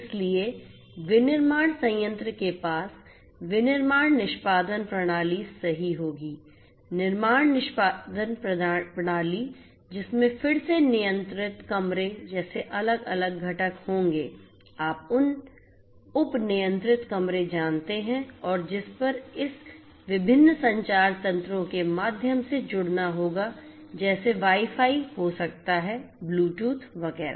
इसलिए विनिर्माण संयंत्र के पास विनिर्माण निष्पादन प्रणाली सही होगी निर्माण निष्पादन प्रणाली जिसमें फिर से नियंत्रित कमरे जैसे अलग अलग घटक होंगे आप उप नियंत्रित कमरे जानते हैं और जिस पर इस विभिन्न संचार तंत्रों के माध्यम से जुड़ना होगा जैसे वाई फाई हो सकता है ब्लूटूथ वगैरह